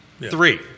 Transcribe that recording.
Three